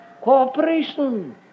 cooperation